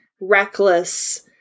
reckless